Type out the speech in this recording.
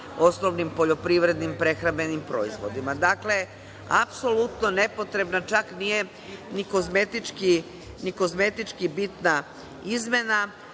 osnovnim poljoprivrednim prehrambenim proizvodima. Dakle, apsolutno nepotrebno. Čak nije ni kozmetički bitna izmena.